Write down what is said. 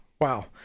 wow